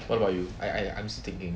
what about you I I'm still thinking